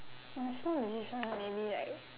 you mean small decision any like